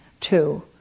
two